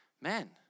Man